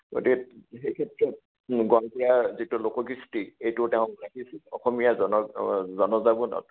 গতিকে সেই ক্ষেত্ৰত গোৱালপৰীয়া যিটো লোককৃষ্টি এইটো তেওঁ ৰাখিছিল অসমীয়া জন জনজীৱনত